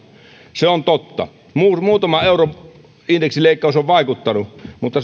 se on totta muutaman euron indeksileikkaus on vaikuttanut mutta